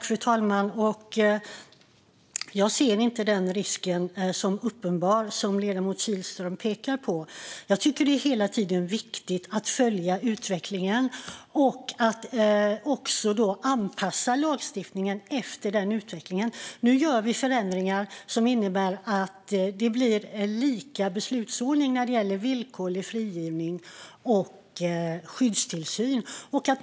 Fru talman! Jag ser inte den risk som ledamoten Kihlström pekar på, utan jag tycker att det är viktigt att hela tiden följa utvecklingen och att anpassa lagstiftningen efter utvecklingen. Nu gör vi förändringar som innebär att det ska bli en likadan beslutsordning när det gäller villkorlig frigivning och skyddstillsyn.